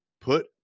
Put